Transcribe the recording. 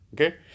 okay